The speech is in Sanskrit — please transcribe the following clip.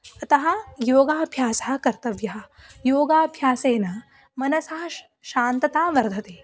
अतः योगाभ्यासः कर्तव्यः योगाभ्यासेन मनसः श् शान्तता वर्धते